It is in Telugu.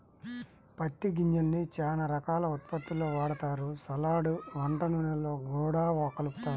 పత్తి గింజల్ని చానా రకాల ఉత్పత్తుల్లో వాడతారు, సలాడ్, వంట నూనెల్లో గూడా కలుపుతారు